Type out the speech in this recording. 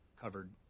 covered